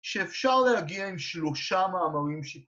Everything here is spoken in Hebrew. ‫שאפשר להגיע עם שלושה מאמרים...